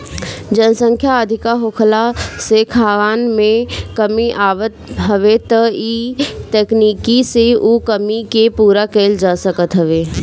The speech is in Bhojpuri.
जनसंख्या अधिका होखला से खाद्यान में कमी आवत हवे त इ तकनीकी से उ कमी के पूरा कईल जा सकत हवे